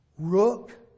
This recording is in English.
Rook